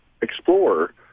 explore